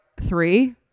three